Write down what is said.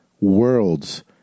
worlds